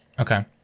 Okay